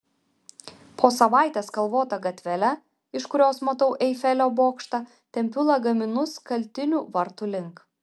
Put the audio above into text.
po savaitės kalvota gatvele iš kurios matau eifelio bokštą tempiu lagaminus kaltinių vartų link